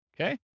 Okay